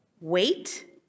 wait